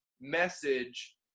message